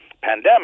pandemic